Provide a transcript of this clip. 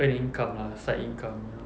earn income lah side income